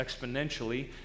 exponentially